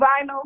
vinyl